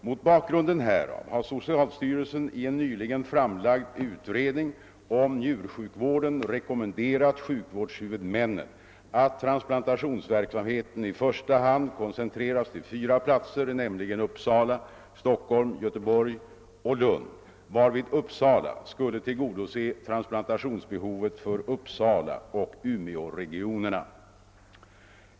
Mot bakgrunden därav har socialstyrelsen i en nyligen framlagd utredning om njursjukvården rekommenderat sjukvårdshuvudmännen att transplantationsverksamheten i första hand koncentreras till fyra platser, nämligen Uppsala, Stockholm, Göteborg och Lund, varvid Uppsala skulle tillgodose transplantationsbehovet för Uppsalaoch Umeåregionerna.